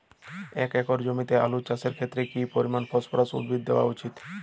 এক একর জমিতে আলু চাষের ক্ষেত্রে কি পরিমাণ ফসফরাস উদ্ভিদ দেওয়া উচিৎ?